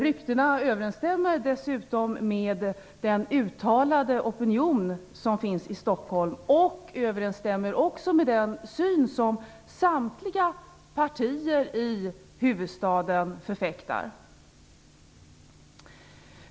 De överensstämmer dessutom med den uttalade opinionen i Stockholm och även med den syn som samtliga partier i huvudstaden framför.